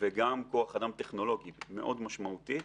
וגם כוח אדם טכנולוגי מאוד משמעותית.